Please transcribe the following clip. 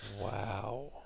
Wow